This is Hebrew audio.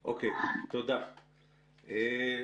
והממשלה,